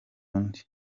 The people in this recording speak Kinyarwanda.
undi